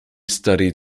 studied